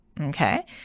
Okay